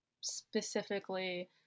specifically